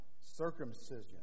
circumcision